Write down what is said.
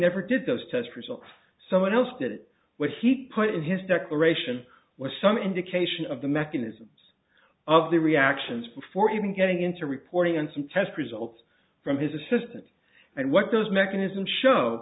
never did those test results someone else did it what he put in his declaration was some indication of the mechanisms of the reactions before even getting into reporting and some test results from his assistant and what those mechanisms show